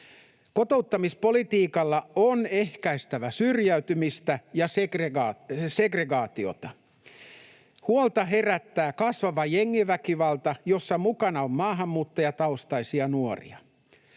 Kotouttamispolitiikalla on ehkäistävä syrjäytymistä ja segregaatiota. Huolta herättää kasvava jengiväkivalta, jossa mukana on maahanmuuttajataustaisia nuoria.